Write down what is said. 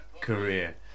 career